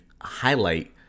highlight